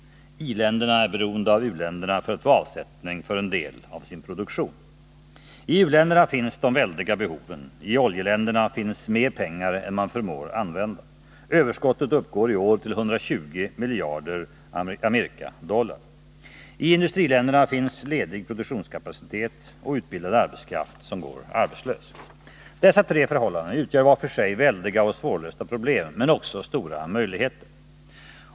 I-länderna är beroende av u-länderna för att få avsättning för en del av sin produktion. I u-länderna finns de väldiga behoven. I oljeländerna finns mer pengar än man förmår använda. Överskottet uppgår i år till 120 miljarder US-dollar. I industriländerna finns ledig produktionskapacitet och utbildad arbetskraft som går arbetslös. Dessa tre förhållanden utgör var för sig väldiga och svårlösta problem men också stora möjligheter.